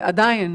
ועדיין,